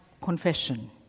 confession